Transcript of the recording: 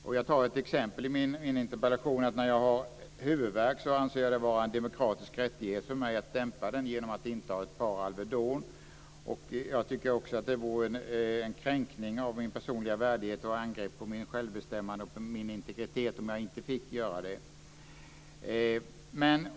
I min interpellation har jag tagit ett exempel. När jag har huvudvärk anser jag det vara en demokratisk rättighet för mig att dämpa huvudvärken genom att inta ett par Alvedon. Det vore en kränkning av min personliga värdighet och ett angrepp på mitt självbestämmande och min integritet om jag inte fick göra det.